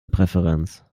präferenz